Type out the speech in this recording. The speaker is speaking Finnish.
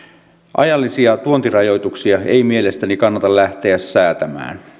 ajallisia tuontirajoituksia ei mielestäni kannata lähteä säätämään